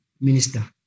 minister